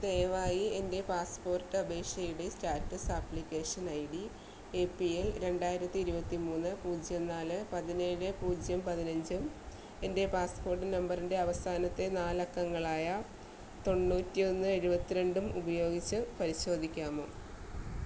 ദയവായി എൻ്റെ പാസ്പോർട്ട് അപേക്ഷയുടെ status application I D A P L രണ്ടായിരത്തി ഇരുപത്തി മൂന്ന് പൂജ്യം നാല് പതിനേഴ് പൂജ്യം പതിനഞ്ചും എൻ്റെ പാസ്പോർട്ട് നമ്പറിൻ്റെ അവസാനത്തെ നാല് അക്കങ്ങളായ തൊണ്ണൂറ്റി ഒന്ന് എഴുപത്തിരണ്ടും ഉപയോഗിച്ച് പരിശോധിക്കാമോ